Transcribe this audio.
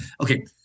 Okay